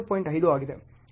5 ಆಗುತ್ತದೆ